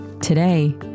Today